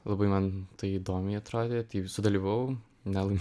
labai man tai įdomiai atrodė tai sudalyvavau gal